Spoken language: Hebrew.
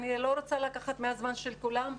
אני לא רוצה לקחת את הזמן של כולם,